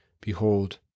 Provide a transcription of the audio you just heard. Behold